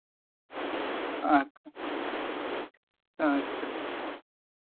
ᱟᱪᱪᱷᱟ ᱦᱮᱸ ᱟᱪᱪᱷᱟ